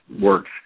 works